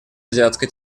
азиатско